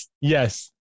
yes